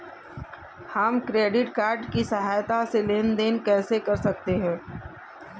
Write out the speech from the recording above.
हम credit card की सहायता से लेन देन कैसे कर सकते हैं?